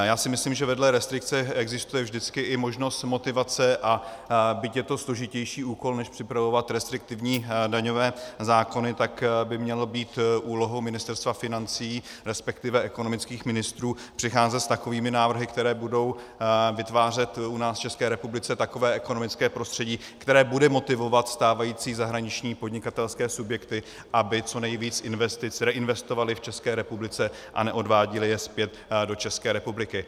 Já si myslím, že vedle restrikce existuje vždycky i možnost motivace, a byť je to složitější úkol než připravovat restriktivní daňové zákony, tak by mělo být úlohou Ministerstva financí, respektive ekonomických ministrů, přicházet s takovými návrhy, které budou vytvářet u nás v České republice takové ekonomické prostředí, které bude motivovat stávající zahraniční podnikatelské subjekty, aby co nejvíc investic reinvestovali v České republice a neodváděli je zpět do České republiky.